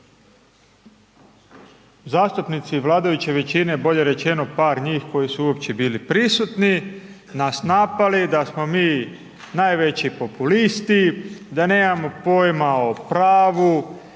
zastupnici Vladajuće većine, bolje rečeno par njih koji su uopće bili prisutni nas napali da smo mi najveći populisti, da nemamo pojma o pravu,